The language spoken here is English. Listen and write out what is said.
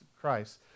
Christ